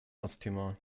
osttimor